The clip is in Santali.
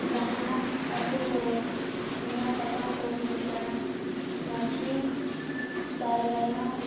ᱡᱟᱦᱟᱱᱟᱜ ᱟᱛᱳ ᱠᱚᱨᱮᱫ ᱱᱮᱭᱟᱣ ᱛᱟᱯᱟᱢ ᱠᱚ ᱦᱩᱭᱩᱜ ᱠᱟᱱᱟ ᱢᱟᱺᱡᱷᱤ ᱯᱟᱨᱜᱟᱱᱟ